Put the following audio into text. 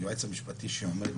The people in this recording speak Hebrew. היועץ המשפטי שעומד